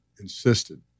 insisted